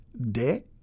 de